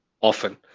often